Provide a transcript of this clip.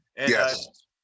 Yes